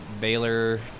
Baylor